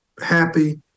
happy